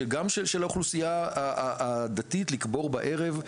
גם של האוכלוסייה הדתית לקבור בערב,